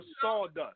sawdust